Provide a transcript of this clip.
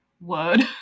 word